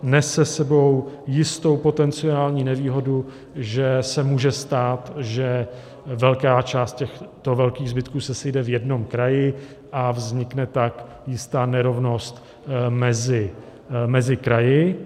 Nese s sebou jistou potenciální nevýhodu, že se může stát, že velká část těchto velkých zbytků se sejde v jednom kraji a vznikne tak jistá nerovnost mezi kraji.